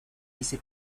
vice